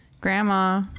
Grandma